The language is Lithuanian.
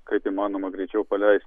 kaip įmanoma greičiau paleisti